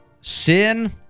Sin